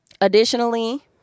Additionally